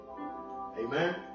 Amen